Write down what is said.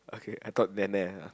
okay I thought nene